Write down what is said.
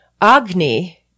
agni